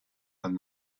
von